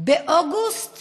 באוגוסט